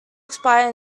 expire